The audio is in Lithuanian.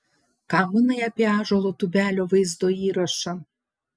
ką manai apie ąžuolo tubelio vaizdo įrašą